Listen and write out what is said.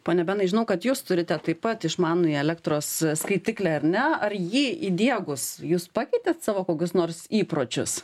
pone benai žinau kad jūs turite taip pat išmanųjį elektros skaitiklį ar ne ar jį įdiegus jūs pakeitėt savo kokius nors įpročius